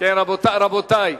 רבותי,